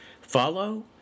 follow